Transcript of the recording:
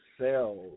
cells